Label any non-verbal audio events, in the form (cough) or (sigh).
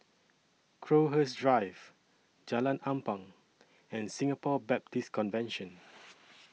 Crowhurst Drive Jalan Ampang and Singapore Baptist Convention (noise)